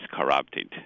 corrupted